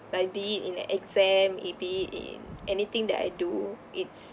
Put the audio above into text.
like be it in the exam be it in anything that I do it's